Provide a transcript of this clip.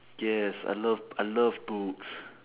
yes I love I love books